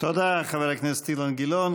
תודה, חבר הכנסת אילן גילאון.